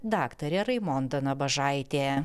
daktarė raimonda nabažaitė